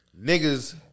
niggas